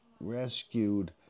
rescued